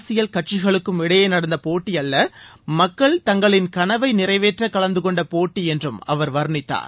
அரசியல் கட்சிகளுக்கும் இடையே நடந்த போட்டி அல்ல மக்கள் தங்களின் கனவை நிறைவேற்ற கலந்தகொண்ட போட்டி என்றும் அவர் வர்ணித்தார்